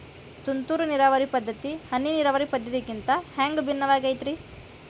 ತುಂತುರು ನೇರಾವರಿ ಪದ್ಧತಿ, ಹನಿ ನೇರಾವರಿ ಪದ್ಧತಿಗಿಂತ ಹ್ಯಾಂಗ ಭಿನ್ನವಾಗಿ ಐತ್ರಿ?